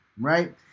right